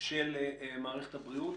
של מערכת הבריאות,